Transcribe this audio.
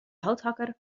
houthakker